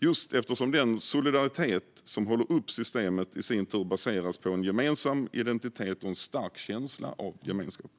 just eftersom den solidaritet som håller uppe systemet i sin tur baseras på en gemensam identitet och en stark känsla av gemenskap.